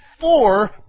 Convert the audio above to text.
four